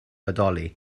bodoli